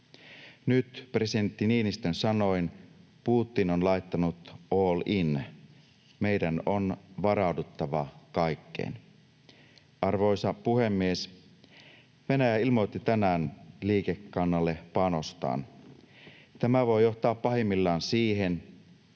Nyt, presidentti Niinistön sanoin, Putin on laittanut ”all in”. Meidän on varauduttava kaikkeen. Arvoisa puhemies! Venäjä ilmoitti tänään liikekannallepanostaan. Tämä voi johtaa pahimmillaan siihen,